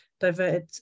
diverted